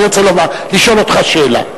אני רוצה לשאול אותך שאלה: